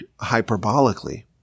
hyperbolically